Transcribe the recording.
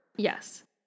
Yes